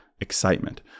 excitement